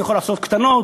אני יכול לעשות קטנות,